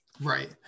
Right